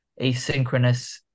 asynchronous